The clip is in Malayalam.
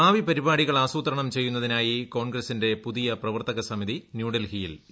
ഭാവിപരിപാടികൾ ആസൂത്രണം ചെയ്യുന്നതിനായി കോൺഗ്രസിന്റെ പുതിയ പ്രവർത്തക സമിതി ന്യൂഡൽഹിയിൽ യോഗം ചേർന്നു